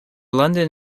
london